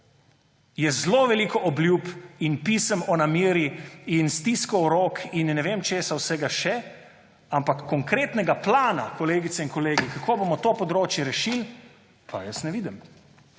Je zelo veliko obljub in pisem o nameri in stiskov rok in ne vem česa vsega še, ampak konkretnega plana, kolegice in kolegi, kako bomo to področje rešili, pa jaz ne vidim.